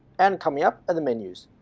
and coming up, are the menus